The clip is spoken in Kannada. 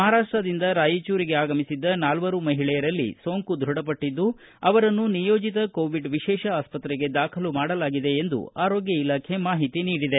ಮಹಾರಾಷ್ಟದಿಂದ ರಾಯಚೂರಿಗೆ ಆಗಮಿಸಿದ್ದ ನಾಲ್ವರು ಮಹಿಳೆಯರಲ್ಲಿ ಸೋಂಕು ಧೃಡಪಟ್ಟಿದ್ದು ಅವರನ್ನು ನಿಯೋಜಿತ ಕೋವಿಡ್ ವಿಶೇಷ ಆಸ್ಪತ್ರೆಗೆ ದಾಖಲು ಮಾಡಲಾಗಿದೆ ಎಂದು ಆರೋಗ್ಯ ಇಲಾಖೆ ಮಾಹಿತಿ ನೀಡಿದೆ